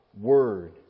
Word